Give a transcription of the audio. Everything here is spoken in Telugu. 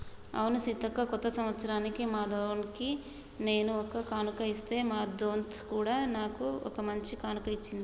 అవును సీతక్క కొత్త సంవత్సరానికి మా దొన్కి నేను ఒక కానుక ఇస్తే మా దొంత్ కూడా నాకు ఓ మంచి కానుక ఇచ్చింది